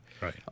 Right